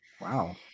Wow